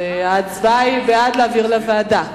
ההצבעה היא בעד להעביר לוועדה.